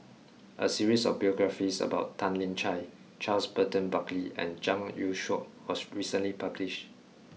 a series of biographies about Tan Lian Chye Charles Burton Buckley and Zhang Youshuo was recently published